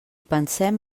pensem